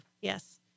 Yes